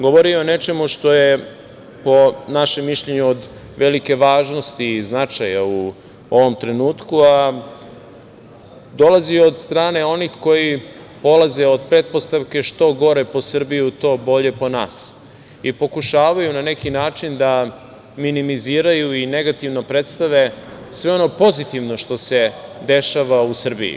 Govorio je o nečemu što je, po našem mišljenju, od velike važnosti i značaja u ovom trenutku, a dolazi od strane onih koji polaze od pretpostavke: „Što gore po Srbiju, to bolje po nas“, i pokušavaju na neki način da minimiziraju i negativno predstave sve ono pozitivno što se dešava u Srbiji.